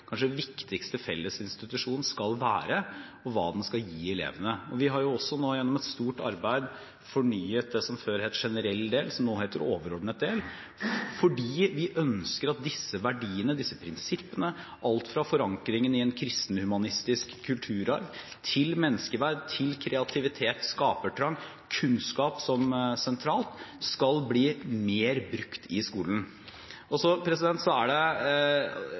kanskje viktigste fellesinstitusjon, skal være, og hva den skal gi elevene. Vi har også gjennom et stort arbeid fornyet det som før het Generell del, som nå heter Overordnet del, fordi vi ønsker at disse verdiene og prinsippene, alt fra forankringen i en kristen-humanistisk kulturarv til menneskeverd, kreativitet, skapertrang og kunnskap, som skal være sentralt, skal bli mer brukt i skolen. Jeg kan godt gjenta mine argumenter mot en lærernorm. Det